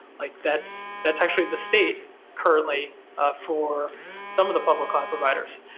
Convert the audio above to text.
like that's that's actually the state currently ah for some of the public cloud providers.